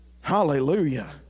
Hallelujah